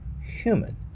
human